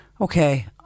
Okay